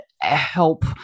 help